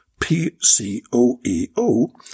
P-C-O-E-O